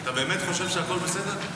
אתה באמת חושב שהכול בסדר?